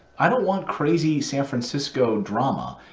i don't want crazy san francisco drama,